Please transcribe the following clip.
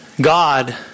God